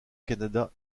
canada